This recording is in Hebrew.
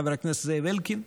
חבר הכנסת זאב אלקין,